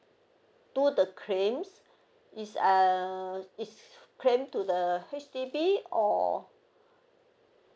do the claims it's uh it's claim to the H_D_B or